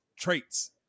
traits